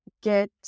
get